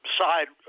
side